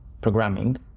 programming